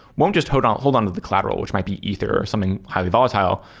won't just hold um hold on to the collateral, which might be ether or something highly volatile.